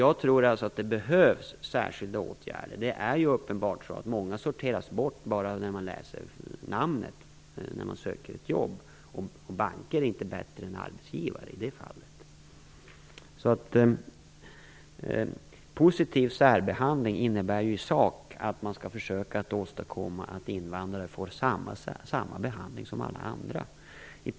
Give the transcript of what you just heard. Jag tror alltså att det behövs särskilda åtgärder. Positiv särbehandling innebär i sak att man skall försöka åstadkomma att invandrare får samma behandling som alla andra.